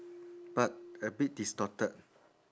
but a bit distorted